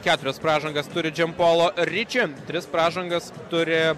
keturias pražangas turinčiam polo riči tris pražangas turi